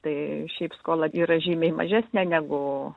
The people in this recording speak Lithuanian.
tai šiaip skola yra žymiai mažesnė negu